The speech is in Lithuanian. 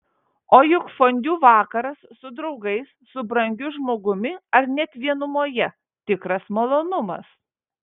o juk fondiu vakaras su draugais su brangiu žmogumi ar net vienumoje tikras malonumas